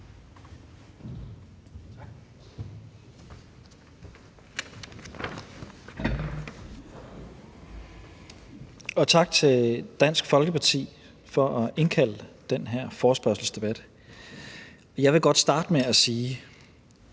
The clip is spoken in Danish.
Tak til Dansk Folkeparti for at indkalde til den her forespørgselsdebat. Jeg vil godt starte med at sige,